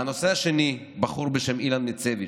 והנושא השני: בחור בשם אילן מיצביץ',